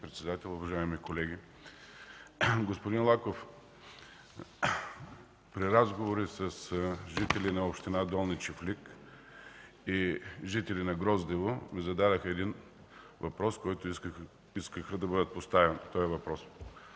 председател, уважаеми колеги! Господин Лаков, при разговори с жители на община Долни Чифлик и жители на Гроздево ми беше зададен въпрос, който те искаха да бъде поставен. Става въпрос